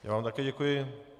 Já vám také děkuju.